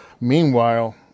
Meanwhile